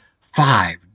five